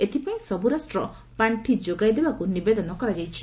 ଏଥିପାଇଁ ସବୁ ରାଷ୍ଟ୍ର ପାର୍ଷି ଯୋଗାଇ ଦେବାକୁ ନିବେଦନ କରାଯାଇଛି